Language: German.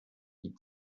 die